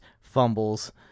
fumbles